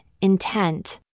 intent